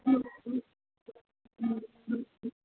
ହୁଁ ହୁଁ